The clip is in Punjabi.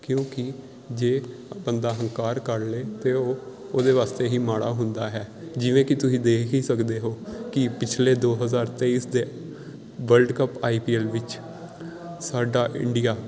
ਕਿਉਂਕਿ ਜੇ ਬੰਦਾ ਹੰਕਾਰ ਕਰ ਲਏ ਅਤੇ ਉਹ ਉਹਦੇ ਵਾਸਤੇ ਹੀ ਮਾੜਾ ਹੁੰਦਾ ਹੈ ਜਿਵੇਂ ਕਿ ਤੁਸੀਂ ਦੇਖ ਹੀ ਸਕਦੇ ਹੋ ਕਿ ਪਿਛਲੇ ਦੋ ਹਜ਼ਾਰ ਤੇਈ ਦੇ world cup I P L ਵਿੱਚ ਸਾਡਾ ਇੰਡੀਆ